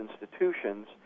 institutions